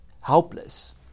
helpless